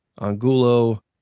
Angulo